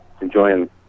enjoying